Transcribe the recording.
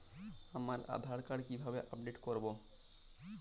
আমার আধার কার্ড কিভাবে আপডেট করব?